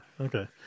Okay